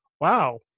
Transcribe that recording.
wow